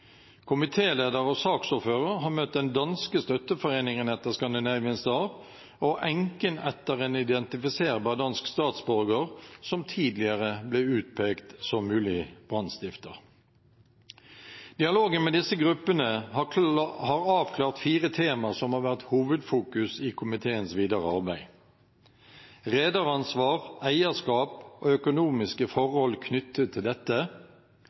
Komitélederen og saksordføreren har møtt den danske støtteforeningen etter «Scandinavian Star» og enken etter en identifiserbar dansk statsborger som tidligere ble utpekt som mulig brannstifter. Dialogen med disse gruppene har avklart fire tema som har vært hovedfokus i komiteens videre arbeid: rederansvar, eierskap og økonomiske forhold knyttet til dette